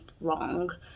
wrong